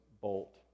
bolt